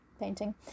Painting